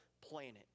planet